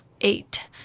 Eight